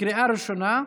לקריאה ראשונה.